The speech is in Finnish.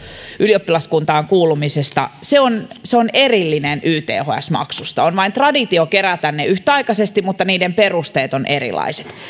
ylioppilaskuntaan kuulumisesta on erillinen yths maksusta on vain traditio kerätä ne yhtäaikaisesti mutta niiden perusteet ovat erilaiset